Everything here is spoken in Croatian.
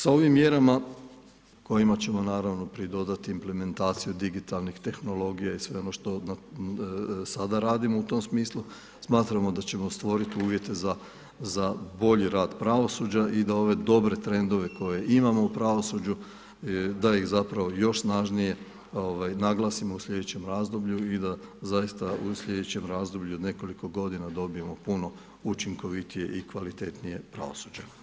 Sa ovim mjerama, kojima ćemo naravno pridodati implementaciju digitalnih tehnologija i sve ono što sada radimo u tom smislu, smatramo da ćemo stvorit uvjete za bolji rad pravosuđa i da ove dobre trendove koje imamo u pravosuđu da ih zapravo još snažnije naglasimo u sljedećem razdoblju i da zaista u sljedećem razdoblju od nekoliko godina dobijemo puno učinkovitije i kvalitetnije pravosuđe.